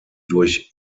durch